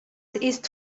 ist